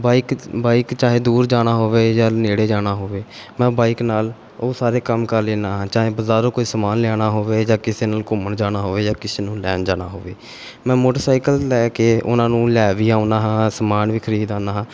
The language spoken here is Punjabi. ਬਾਈਕ ਬਾਈਕ ਚਾਹੇ ਦੂਰ ਜਾਣਾ ਹੋਵੇ ਜਾਂ ਨੇੜੇ ਜਾਣਾ ਹੋਵੇ ਮੈਂ ਬਾਈਕ ਨਾਲ ਉਹ ਸਾਰੇ ਕੰਮ ਕਰ ਲੈਂਦਾ ਹਾਂ ਚਾਹੇ ਬਾਜ਼ਾਰੋਂ ਕੋਈ ਸਮਾਨ ਲਿਆਉਣਾ ਹੋਵੇ ਜਾਂ ਕਿਸੇ ਨਾਲ ਘੁੰਮਣ ਜਾਣਾ ਹੋਵੇ ਜਾਂ ਕਿਸੇ ਨੂੰ ਲੈਣ ਜਾਣਾ ਹੋਵੇ ਮੈਂ ਮੋਟਰਸਾਈਕਲ ਲੈ ਕੇ ਉਹਨਾਂ ਨੂੰ ਲੈ ਵੀ ਆਉਂਦਾ ਹਾਂ ਸਮਾਨ ਵੀ ਖਰੀਦ ਆਉਂਦਾ ਹਾਂ